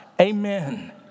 amen